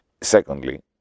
Secondly